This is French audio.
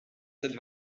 cette